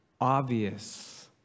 obvious